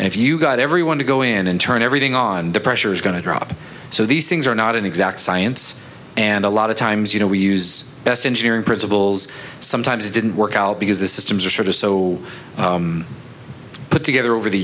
if you've got everyone to go in and turn everything on the pressure is going to drop so these things are not an exact science and a lot of times you know we use best engineering principles sometimes it didn't work out because this is some sort of so put together over the